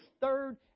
third